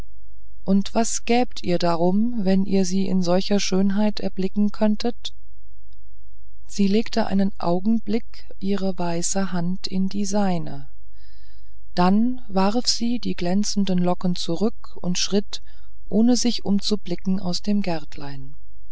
und was gäbt ihr drum wenn ihr sie in solcher schönheit erblicken könntet sie legte einen augenblick ihre weiße hand in die seine dann warf sie die glänzenden locken zurück und schritt ohne sich umzublicken aus dem gärtlein